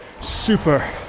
super